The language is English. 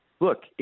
look